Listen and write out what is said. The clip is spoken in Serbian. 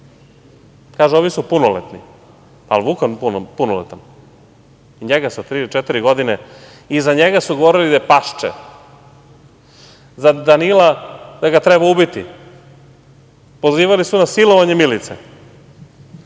Kažu - oni su punoletni. Pa jel Vukan punoletan? I njega sa tri ili četiri godine, i za njega su govorili da je pašče, za Danila da ga treba ubiti. Pozivali su na silovanje Milice. Bolje